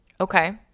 okay